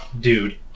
Dude